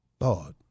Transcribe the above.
Lord